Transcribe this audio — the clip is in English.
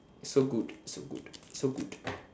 so good so good so good